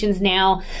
now